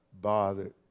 bothered